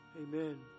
amen